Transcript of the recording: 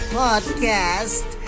podcast